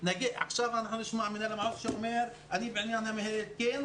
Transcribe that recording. עכשיו אנחנו נשמע את מנהל המחוז אומר: בעניין המנהלת זה אני,